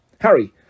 Harry